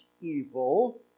evil